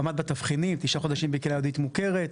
עמד בתבחינים 9 חודשים בקהילה יהודית מוכרת.